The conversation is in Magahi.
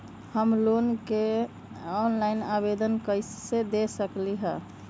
हम लोन के ऑनलाइन आवेदन कईसे दे सकलई ह?